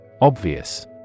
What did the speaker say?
Obvious